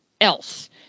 else